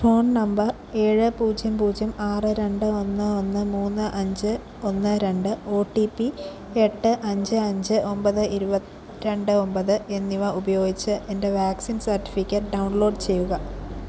phone number ഏഴ് പൂജ്യം പൂജ്യം ആറ് രണ്ട് ഒന്ന് ഒന്ന് മൂന്ന് അഞ്ച് ഒന്ന് രണ്ട് ഒ റ്റി പി എട്ട് അഞ്ച് അഞ്ച് ഒബത് ഇരുവത് രണ്ട് ഒമ്പത് എന്നിവ ഉപയോഗിച്ച് എൻ്റെ വാക്സിൻ സർട്ടിഫിക്കറ്റ് ഡൗൺലോഡ് ചെയ്യുക